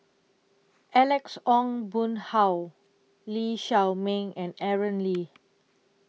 Alex Ong Boon Hau Lee Shao Meng and Aaron Lee